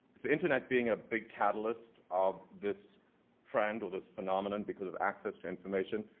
the internet being a big catalyst of this trend, or this phenomenon, because of access to information.